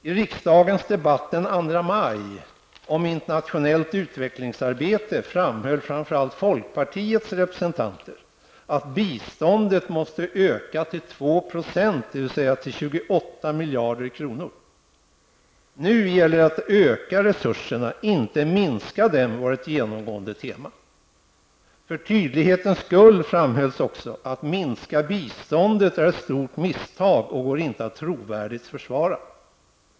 I riksdagens debatt den 2 maj om internationellt utvecklingsarbete framhöll framför allt folkpartiets representanter att biståndet måste öka till 2 %, dvs. till 28 miljarder kronor. Nu gäller det att öka resurserna, inte minska dem, var ett genomgående tema. För tydlighetens skull framhölls också att det är ett stort misstag att minska biståndet och att det inte går att trovärdigt försvara.